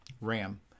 RAM